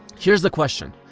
here's the question,